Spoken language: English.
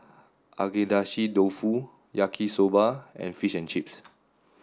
Agedashi Dofu Yaki Soba and Fish and Chips